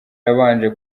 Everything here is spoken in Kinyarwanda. yabanje